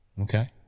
Okay